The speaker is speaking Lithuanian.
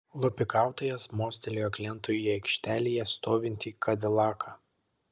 lupikautojas mostelėjo klientui į aikštelėje stovintį kadilaką